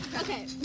Okay